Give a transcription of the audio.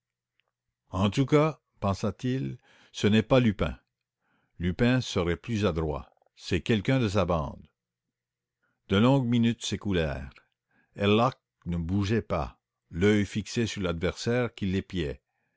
en tous cas pensa-t-il ce n'est pas lupin lupin serait plus adroit c'est quelqu'un de sa bande de longues minutes s'écoulèrent herlock ne bougeait pas l'œil fixé sur l'adversaire qui